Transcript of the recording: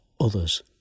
others